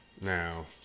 Now